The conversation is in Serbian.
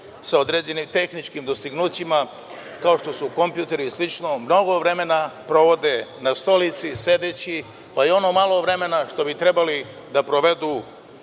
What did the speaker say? sa određenim tehničkim dostignućima kao što su kompjuteri i slično, mnogo vremena provode na stolici sedeći, pa i ono malo vremena što bi trebali da provedu